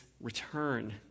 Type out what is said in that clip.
return